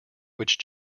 which